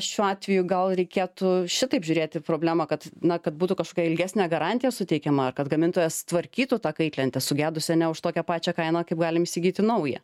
šiuo atveju gal reikėtų šitaip žiūrėti į problemą kad na kad būtų kažkokia ilgesnė garantija suteikiam ar kad gamintojas tvarkytų tą kaitlentę sugedusią ne už tokią pačią kainą kaip galime įsigyti naują